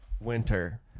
winter